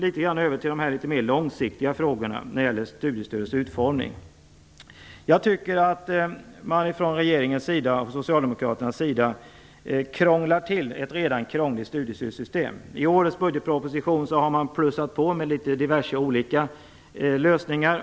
Låt mig sedan gå över till de litet mer långsiktiga frågorna som gäller studiestödets utformning. Jag tycker att regeringen och socialdemokraterna krånglar till ett redan krångligt studiestödssystem. I årets budgetproposition har man lagt till diverse olika lösningar.